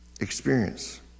experience